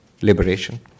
liberation